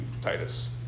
Titus